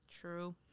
True